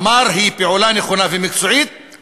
אמר: פעולה נכונה ומקצועית.